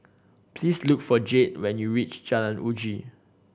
please look for Jayde when you reach Jalan Uji